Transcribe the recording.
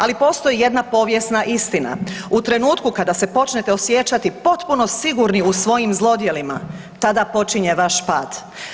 Ali postoji jedna povijesna istina, u trenutku kada se počnete osjećati potpuno sigurni u svojim zlodjelima, tada počinje vaš pad.